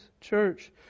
church